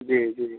जी जी